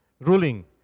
ruling